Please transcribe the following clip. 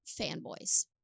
fanboys